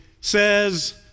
says